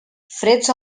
freds